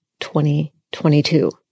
2022